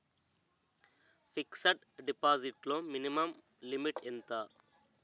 Fixed deposit లో minimum limit ఎంత?